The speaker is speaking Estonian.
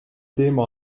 teema